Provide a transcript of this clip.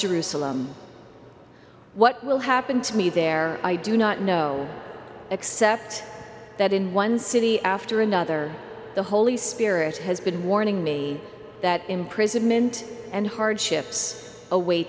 jerusalem what will happen to me there i do not know except that in one city after another the holy spirit has been warning me that imprisonment and hardship